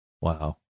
Wow